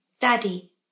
Daddy